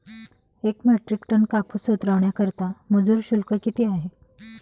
एक metric tonne कापूस उतरवण्याकरता मजूर शुल्क किती आहे?